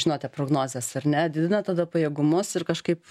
žinote prognozes ar ne didinat tada pajėgumus ir kažkaip